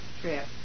trip